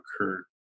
occurred